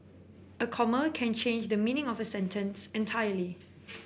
a comma can change the meaning of a sentence entirely